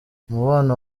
umubano